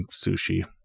sushi